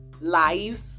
life